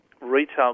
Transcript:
Retail